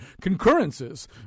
concurrences